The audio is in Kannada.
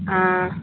ಹಾಂ